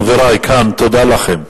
חברי כאן, תודה לכם.